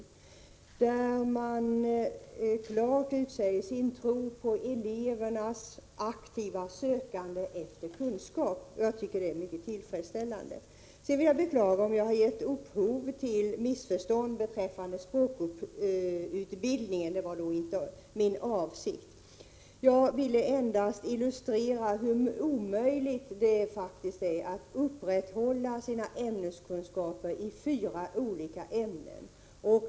I läroplanen sägs klart att man tror på elevernas aktiva sökande efter kunskap. Det är mycket tillfredsställande. Jag beklagar om jag har gett upphov till missförstånd beträffande språkutbildningen. Det var inte min avsikt. Jag ville endast illustrera hur omöjligt det faktiskt är att upprätthålla sina ämneskunskaper i fyra olika ämnen.